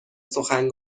سخن